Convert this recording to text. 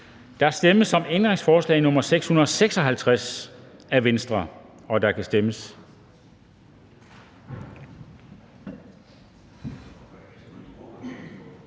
Der stemmes om ændringsforslag nr. 653 af V, og der kan stemmes.